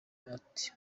ati